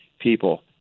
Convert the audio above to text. people